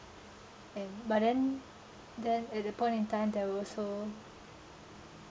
and but then then at the point in time that was so